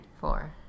Four